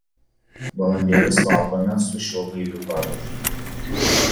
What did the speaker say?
balandėlius valgome su šiuo gaiviu padažu